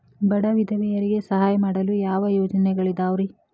ಬಡ ವಿಧವೆಯರಿಗೆ ಸಹಾಯ ಮಾಡಲು ಯಾವ ಯೋಜನೆಗಳಿದಾವ್ರಿ?